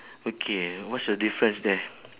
okay what's your difference there